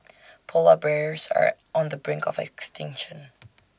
Polar Bears are on the brink of extinction